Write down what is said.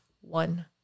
one